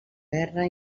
guerra